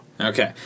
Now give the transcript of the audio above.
Okay